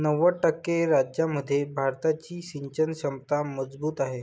नव्वद टक्के राज्यांमध्ये भारताची सिंचन क्षमता मजबूत आहे